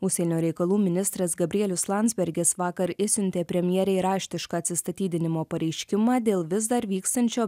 užsienio reikalų ministras gabrielius landsbergis vakar išsiuntė premjerei raštišką atsistatydinimo pareiškimą dėl vis dar vykstančio